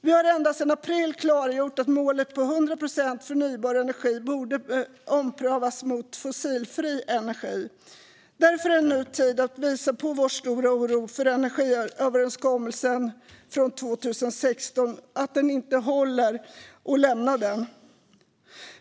Vi har ända sedan april klargjort att målet på 100 procent förnybar energi borde omprövas till förmån för fossilfri energi. Därför är det nu tid att visa på vår stora oro för att energiöverenskommelsen från 2016 inte håller och lämna den.